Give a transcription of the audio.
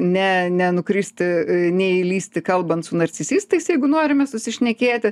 ne nenukristi neįlįsti kalbant su narcisistais jeigu norime susišnekėti